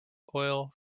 oil